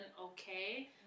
okay